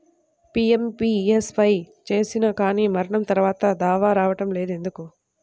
PMBSY చేసినా కానీ మరణం తర్వాత దావా రావటం లేదు ఎందుకు?